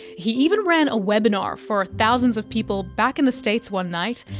he even ran a webinar for thousands of people back in the states one night,